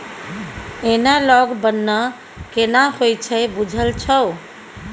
Analogue बन्न केना होए छै बुझल छौ?